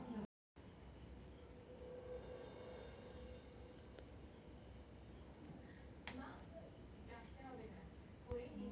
ATM ব্যবহার কইরিতে গ্যালে ব্যাঙ্ক একাউন্টের সাথে যোগ কইরে ও.টি.পি এন্টার করতে হতিছে